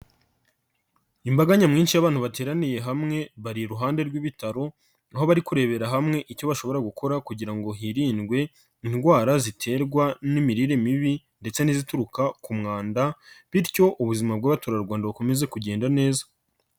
Imbaga nyamwinshi y'abantu bateraniye hamwe bari iruhande rw'ibitaro, niho bari kurebera hamwe icyo bashobora gukora kugira ngo hirindwe indwara ziterwa n'imirire mibi ndetse n'izituruka ku mwanda, bityo ubuzima bw'abaturarwanda bukomeze kugenda neza.